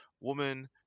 woman